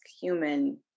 human